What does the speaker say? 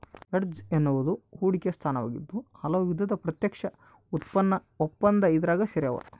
hedge ಎನ್ನುವುದು ಹೂಡಿಕೆಯ ಸ್ಥಾನವಾಗಿದ್ದು ಹಲವು ವಿಧದ ಪ್ರತ್ಯಕ್ಷ ಉತ್ಪನ್ನ ಒಪ್ಪಂದ ಇದ್ರಾಗ ಸೇರ್ಯಾವ